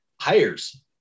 Hire's